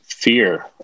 fear